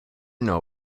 know